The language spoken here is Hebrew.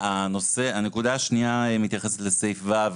הנקודה השנייה מתייחסת לתקנת משנה (ו),